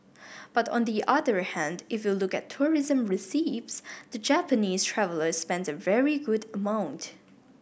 but on the other hand if you look at tourism receipts the Japanese traveller spends a very good amount